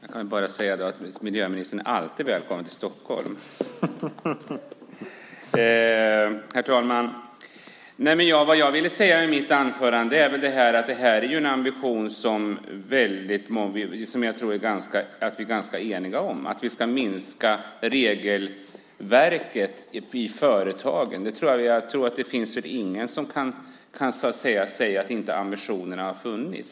Herr talman! Jag vill bara säga att miljöministern alltid är välkommen till Stockholm! Det jag ville säga i mitt anförande är att det här ju är en ambition som jag tror att vi är ganska eniga om, nämligen att vi ska minska regelverket i företagen. Det finns väl ingen som kan säga att inte ambitionerna funnits.